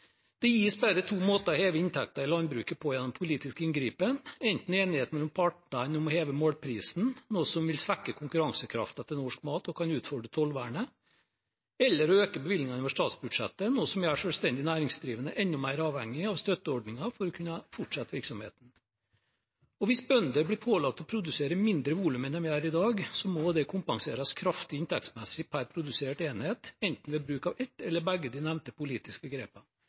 Det gis bare to måter å heve inntekten i landbruket på gjennom politisk inngripen – enten enighet mellom partene om å heve målprisen, noe som vil svekke konkurransekraften til norsk mat og kan utfordre tollvernet, eller å øke bevilgningene over statsbudsjettet, noe som gjør selvstendig næringsdrivende enda mer avhengig av støtteordninger for å kunne fortsette virksomheten. Og hvis bønder blir pålagt å produsere mindre volum enn de gjør i dag, må det kompenseres kraftig inntektsmessig per produsert enhet, ved bruk av enten ett eller begge de nevnte politiske